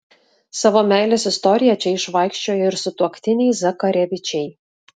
savo meilės istoriją čia išvaikščiojo ir sutuoktiniai zakarevičiai